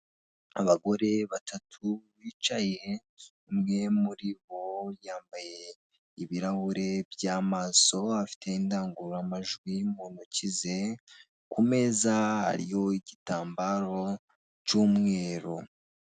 Abagore batatu bicaye umwe muri bo yambaye ibirahuri by'amaso afite indangururamajwi mu ntoki ze, ku meza hariho igitambaro cy'umweru.